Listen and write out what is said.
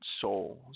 souls